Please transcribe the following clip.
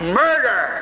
murder